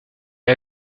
est